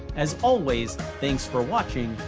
as always, thanks for watching,